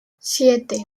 siete